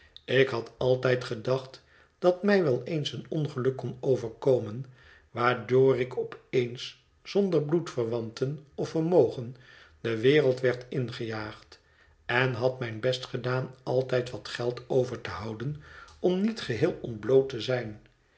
ik had altijd gedacht dat mij wel eens een ongeluk kon overkomen waardoor ik op eens zonder bloedverwanten of vermogen de wereld werd ingejaagd en had mijn best gedaan altijd wat geld over te houden om niet geheel ontbloot te zijn